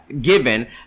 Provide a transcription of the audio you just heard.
given